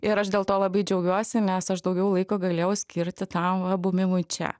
ir aš dėl to labai džiaugiuosi nes aš daugiau laiko galėjau skirti tam va buvimui čia